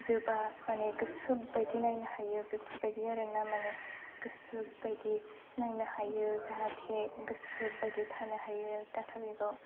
जोबा माने गोसो बायदि नायनो हायो बेफोरबायदि आरोना माने गोसो बायदि नायनो हायो जाहाथे गोसो बायदि थानो हायो डाटा पेकआव